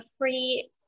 free